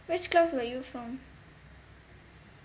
which class were you from